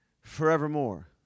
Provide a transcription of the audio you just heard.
forevermore